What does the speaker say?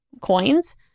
coins